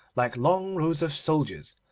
like long rows of soldiers,